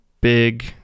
big